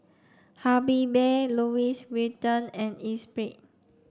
Habibie Louis Vuitton and Esprit